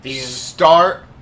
Start